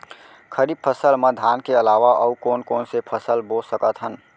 खरीफ फसल मा धान के अलावा अऊ कोन कोन से फसल बो सकत हन?